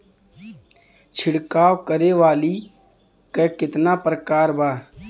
छिड़काव करे वाली क कितना प्रकार बा?